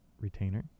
retainer